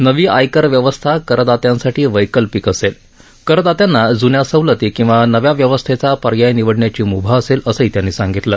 नवी आयकर व्यवस्था करदात्यांसाठी वैकल्पिक असेल करदात्यांना जुन्या सवलती किंवा नव्या व्यवस्थेचा पर्याय निवडण्याची मुभा असेल असंही त्यांनी सांगितलं